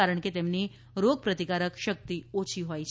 કારણ કે તેમની રોગપ્રતિકારક શક્તિ ઓછી હોય છે